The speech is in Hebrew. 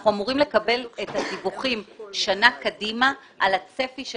אנחנו אמורים לקבל את הדיווחים שנה קדימה על הצפי של